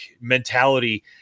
mentality